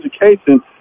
education